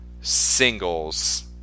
singles